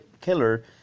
killer